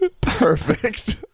Perfect